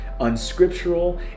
unscriptural